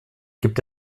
gibt